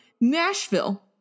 Nashville